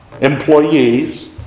employees